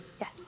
Yes